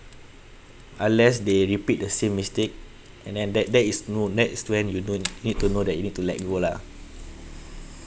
unless they repeat the same mistake and then that there is no that is when you don't need to know that you need to let go lah